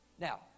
Now